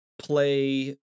play